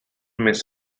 més